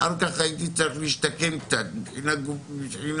אחר כך הייתי צריך להשתקם קצת מבחינה פיזית.